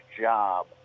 job